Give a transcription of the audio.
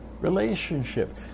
Relationship